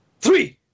three